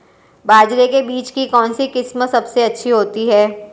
बाजरे के बीज की कौनसी किस्म सबसे अच्छी होती है?